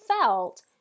felt